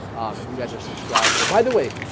and you guys are subscribed by the way